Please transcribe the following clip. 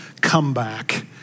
comeback